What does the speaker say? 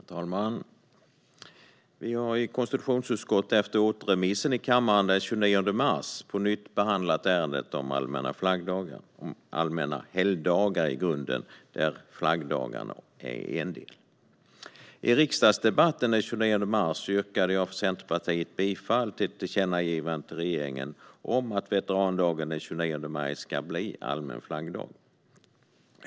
Herr talman! Vi har i konstitutionsutskottet, efter beslutet i kammaren den 29 mars om återremiss, på nytt behandlat ärendet om allmänna helgdagar, där flaggdagarna är en del. I riksdagsdebatten den 29 mars yrkade jag för Centerpartiets del bifall till ett förslag om ett tillkännagivande till regeringen om att veterandagen den 29 maj skulle bli allmän flaggdag.